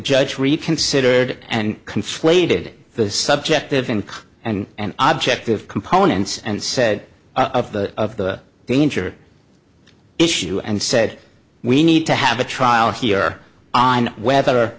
judge reconsidered and conflated the subjective in and object of components and said of the of the danger issue and said we need to have a trial here on whether